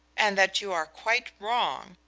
and that you are quite wrong,